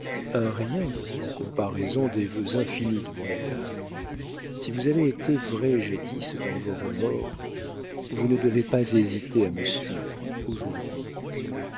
un rien en comparaison des vœux infinis de mon amour si vous avez été vraie jadis dans vos remords vous ne devez pas hésiter à me suivre aujourd'hui